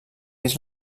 dins